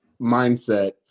mindset